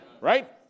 Right